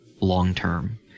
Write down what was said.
long-term